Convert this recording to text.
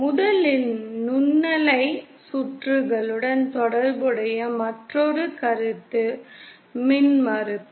முதலில் நுண்ணலை சுற்றுகளுடன் தொடர்புடைய மற்றொரு கருத்து மின்மறுப்பு